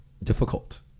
Difficult